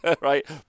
right